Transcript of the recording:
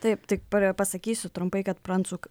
taip tai pasakysiu trumpai kad prancūk